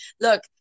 look